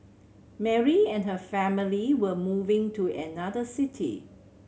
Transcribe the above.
Mary and her family were moving to another city